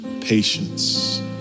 patience